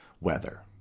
weather